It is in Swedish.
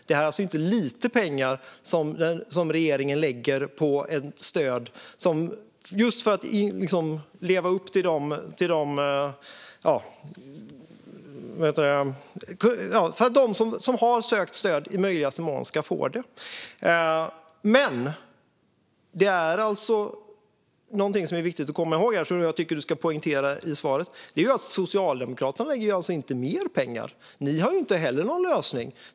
Det är alltså inte småpengar som regeringen lägger på detta för att de som har sökt stöd i möjligaste mån ska få det. Men något som är viktigt att komma ihåg och som jag tycker att du ska poängtera i ditt svar är att Socialdemokraterna inte lägger mer pengar. Ni har inte heller någon lösning.